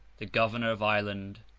the governor of ireland,